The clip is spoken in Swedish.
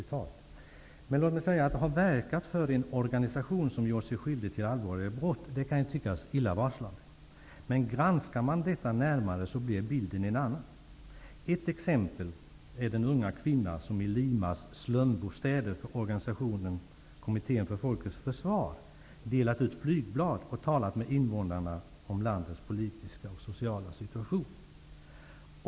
Låt mig säga att det kan tyckas illavarslande att ha verkat för en organisation som gjort sig skyldig till allvarliga brott. Men om man granskar detta närmare blir bilden en annan. Ett exempel är den unga kvinna som för organisationen Kommittén för folkets försvars räknas i Limas slumbostäder delat ut flygblad och talat med invånarna om landets politiska och sociala situation.